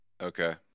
Okay